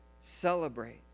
celebrate